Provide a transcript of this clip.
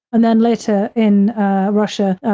and then later in russia,